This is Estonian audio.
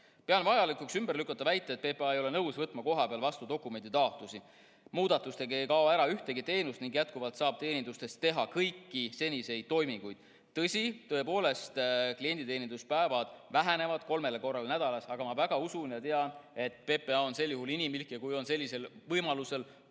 Pean vajalikuks ümber lükata väite, et PPA ei ole nõus võtma kohapeal vastu dokumenditaotlusi. Muudatuste tõttu ei kao ära ühtegi teenust ning jätkuvalt saab teenindustes teha kõiki seniseid toiminguid. Tõsi, klienditeeninduspäevad vähenevad kolmele päevale nädalas, aga ma usun ja tean, et PPA on sel juhul inimlik, ja kui on vajalik võtta